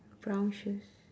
brown shoes